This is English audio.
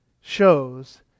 shows